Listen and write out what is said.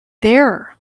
there